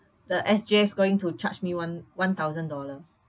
the S_G_S going to charge me one one thousand dollar